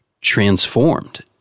transformed